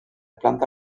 planta